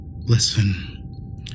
Listen